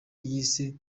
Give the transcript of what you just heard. yise